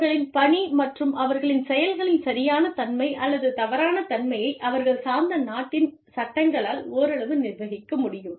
அவர்களின் பணி மற்றும் அவர்களின் செயல்களின் சரியான தன்மை அல்லது தவறான தன்மையை அவர்கள் சார்ந்த நாட்டின் சட்டங்களால் ஓரளவு நிர்வகிக்க முடியும்